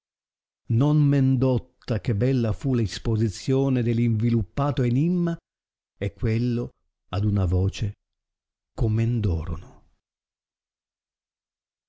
non men dotta che bella fu la isposizione dell inviluppato enimma e quella ad una voce comendorono